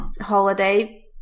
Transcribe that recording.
holiday